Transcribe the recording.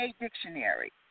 Dictionary